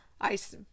Ice